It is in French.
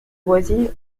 voisine